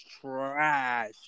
trash